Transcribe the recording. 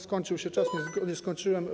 Skończył się czas, a nie skończyłem.